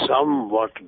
somewhat